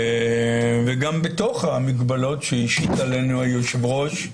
וגם בתוך המגבלות שהשית עלינו היושב-ראש,